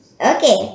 Okay